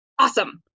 awesome